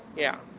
yeah.